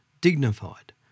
dignified